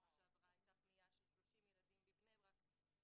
שנה שעברה הייתה פנייה של 30 ילדים בבני ברק.